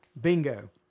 Bingo